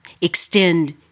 extend